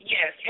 Yes